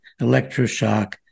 electroshock